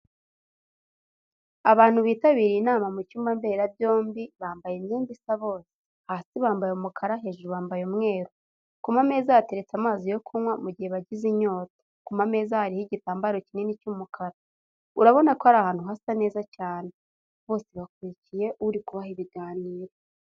Abantu bitabiriye inama mu cyumba mberabyombi, bambaye imyenda isa bose, hasi bambaye umukara, hejuru bambaye umweru, ku mameza hateretse amazi yo kunywa mu gihe bagize inyota, ku ma meza hariho igitambaro kinini cy'umukara, urabona ko ari ahantu hasa neza cyane. Bose bakurikiye uri kubaha ibiganiro.